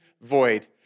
void